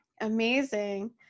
Amazing